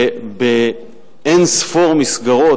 ובאין-ספור מסגרות,